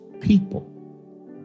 people